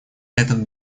этот